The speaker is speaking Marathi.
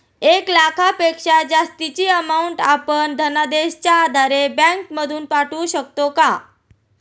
एक लाखापेक्षा जास्तची अमाउंट आपण धनादेशच्या आधारे बँक मधून पाठवू शकतो का?